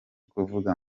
kuvuga